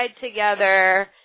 together